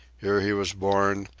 here he was born,